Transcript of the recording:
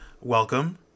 Welcome